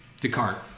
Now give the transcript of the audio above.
Descartes